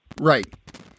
Right